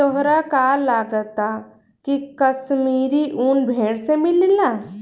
तोहरा का लागऽता की काश्मीरी उन भेड़ से मिलेला